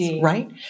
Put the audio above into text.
right